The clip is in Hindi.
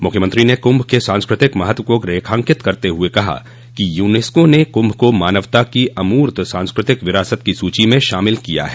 मुख्यमंत्री ने कुंभ के सांस्कृतिक महत्व को रेखांकित करते हुए कहा कि यूनेस्को ने कुंभ को मानवता की अमूर्त सांस्कृतिक विरासत की सूची में शामिल किया है